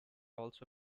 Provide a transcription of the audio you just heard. also